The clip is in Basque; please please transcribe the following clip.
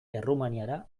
errumaniara